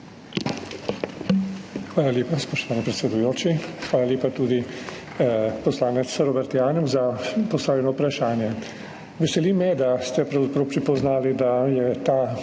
Hvala lepa, spoštovani predsedujoči. Hvala lepa tudi, poslanec Robert Janev, za postavljeno vprašanje. Veseli me, da ste pravzaprav prepoznali, da je ta